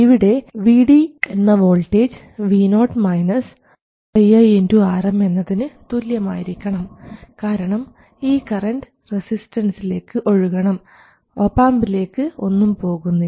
ഇവിടെ Vd എന്ന voltage Vo ii Rm എന്നതിന് തുല്യമായിരിക്കണം കാരണം ഈ കറൻറ് റസിസ്റ്റൻസിലേക്ക് ഒഴുകണം ഒപാംപിലേക്ക് ഒന്നും പോകുന്നില്ല